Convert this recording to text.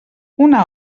una